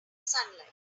sunlight